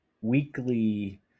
weekly